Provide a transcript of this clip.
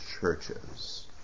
churches